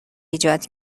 ایجاد